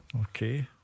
Okay